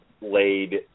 laid